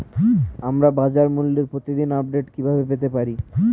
আমরা বাজারমূল্যের প্রতিদিন আপডেট কিভাবে পেতে পারি?